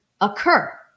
occur